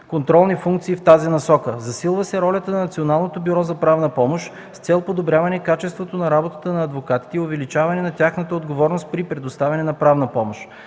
контролни функции в тази насока. Засилва се ролята на Националното бюро за правна помощ с цел подобряване качеството на работата на адвокатите и увеличаване на тяхната отговорност при предоставяне на правна помощ.